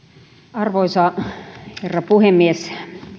arvoisa herra puhemies